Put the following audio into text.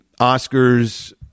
Oscars